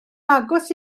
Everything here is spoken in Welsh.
agos